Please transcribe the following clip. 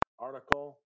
article